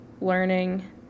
learning